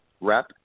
rep